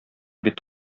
бит